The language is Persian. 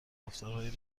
رفتارهایی